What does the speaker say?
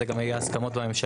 זה גם היה ההסכמות בממשלה.